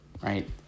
right